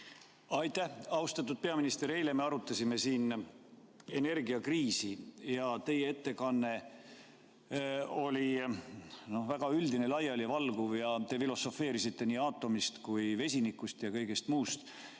Aitäh! Austatud peaminister! Eile me arutasime siin energiakriisi ja teie ettekanne oli väga üldine, laialivalguv ja te filosofeerisite nii aatomist kui vesinikust ja kõigest muust.